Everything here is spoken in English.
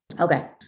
okay